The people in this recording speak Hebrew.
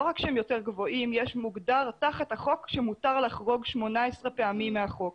רק שהם יותר גבוהים אלא מוגדר תחת החוק שמותר לחרוג 18 פעמים מהחוק.